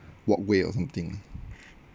walkway or something